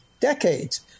decades